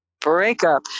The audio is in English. breakup